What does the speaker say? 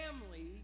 family